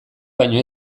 baino